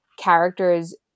characters